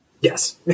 yes